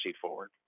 forward